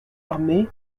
armée